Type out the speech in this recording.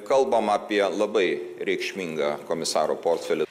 kalbam apie labai reikšmingą komisaro portfelį